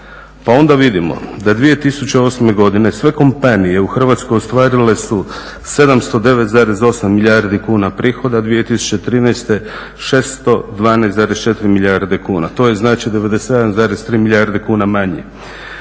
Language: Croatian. onda vidimo da 2008. godine sve kompanije u Hrvatskoj ostvarile su 709,8 milijardi kuna prihoda, a 2013. 612,4 milijarde kuna. To je znači 97,3 milijarde kuna manje.